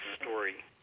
story